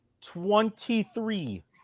Twenty-three